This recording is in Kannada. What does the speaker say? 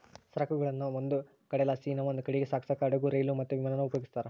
ಸರಕುಗುಳ್ನ ಒಂದು ಕಡೆಲಾಸಿ ಇನವಂದ್ ಕಡೀಗ್ ಸಾಗ್ಸಾಕ ಹಡುಗು, ರೈಲು, ಮತ್ತೆ ವಿಮಾನಾನ ಉಪಯೋಗಿಸ್ತಾರ